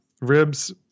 ribs